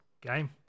game